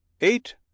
eight